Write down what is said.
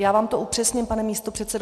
Já vám to upřesním, pane místopředsedo.